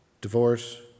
divorce